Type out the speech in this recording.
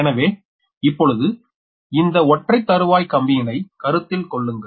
எனவே இப்பொழுது இந்த ஒற்றைத் தறுவாய் கம்பியினை கருத்தில் கொள்ளுங்கள்